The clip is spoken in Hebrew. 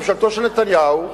ממשלתו של נתניהו,